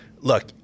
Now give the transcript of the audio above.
look